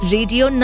Radio